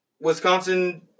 Wisconsin